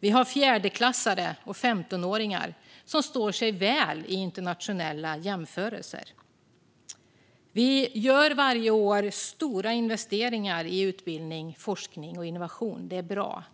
Vi har fjärdeklassare och femtonåringar som står sig väl i internationella jämförelser. Vi gör varje år stora investeringar i utbildning, forskning och innovation. Det är bra.